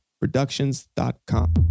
productions.com